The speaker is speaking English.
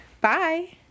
Bye